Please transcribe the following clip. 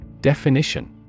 Definition